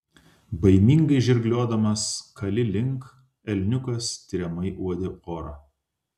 baimingai žirgliodamas kali link elniukas tiriamai uodė orą